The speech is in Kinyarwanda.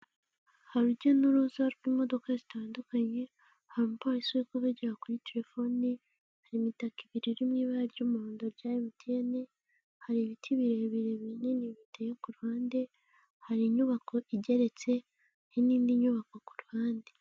Hari urujya n'uruza rw'imodoka zitandukanye, hari umupolisi uri kuvugira kuri telefoni, hari imitaka ibiri iri mu ibara ry'umuhondo ya emutiyeni, hari ibiti birebire, binini, biteye ku ruhande, hari inyubako igeretse, hari n'indi nyubako ku ruhande.